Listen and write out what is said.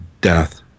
death